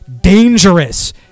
dangerous